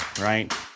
right